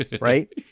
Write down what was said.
right